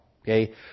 Okay